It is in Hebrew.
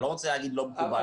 אני לא רוצה להגיד: לא מקובל.